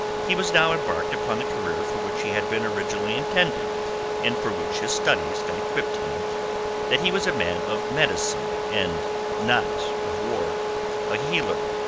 he was now embarked upon the career for which he had been originally intended and for which his studies had equipped him that he was a man of medicine and not of war a healer,